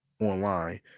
online